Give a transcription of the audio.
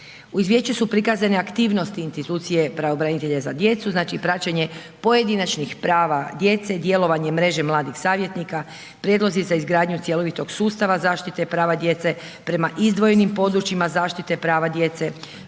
Uz izvješće su prikazane aktivnosti institucije pravobranitelja za djecu, znači, praćenje pojedinačnih prava djece djelovanjem mreže mladih savjetnika, prijedlozi za izgradnju cjelovitog sustava, zaštite prava djece prema izdvojenim područjima, zaštite prava djece